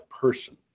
person